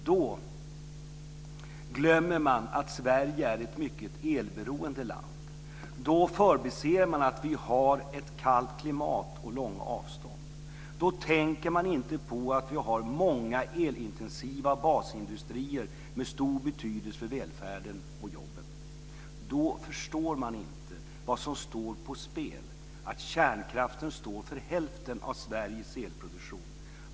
Då glömmer man att Sverige är ett mycket elberoende land. Då förbiser man att vi har ett kallt klimat och långa avstånd. Då tänker man inte på att vi har många elintensiva basindustrier med stor betydelse för välfärden och jobben. Då förstår man inte vad som står på spel - att kärnkraften står för hälften av Sveriges elproduktion.